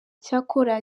cyakora